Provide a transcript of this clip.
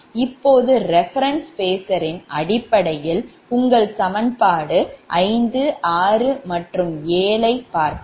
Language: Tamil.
இப்போது reference phasorரின் அடிப்படையில் உங்கள் சமன்பாடு 5 6 மற்றும் 7 ஐப் பார்ப்போம்